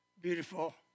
beautiful